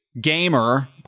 gamer